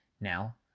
Now